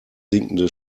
sinkende